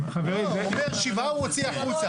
שבעה הוא הוציא החוצה.